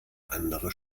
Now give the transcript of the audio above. andere